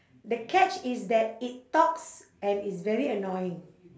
the catch is that it talks and is very annoying